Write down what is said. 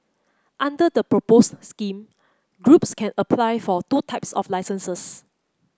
under the proposed scheme groups can apply for two types of licences